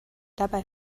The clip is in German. dabei